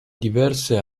diverse